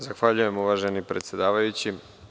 Zahvaljujem uvaženi predsedavajući.